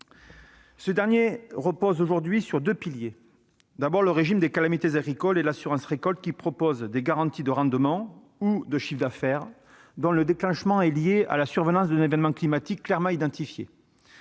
Ce dernier repose aujourd'hui sur deux piliers : le régime des calamités agricoles, d'une part, et l'assurance récolte, d'autre part, qui propose des garanties de rendement ou de chiffre d'affaires dont le déclenchement est lié à la survenance d'un événement climatique clairement identifié.